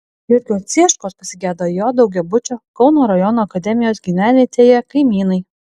jurgio cieškos pasigedo jo daugiabučio kauno rajono akademijos gyvenvietėje kaimynai